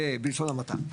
זה בלשון המעטה.